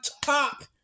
top